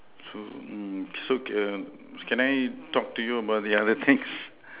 so mm so err can I talk to you about the other things